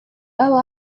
all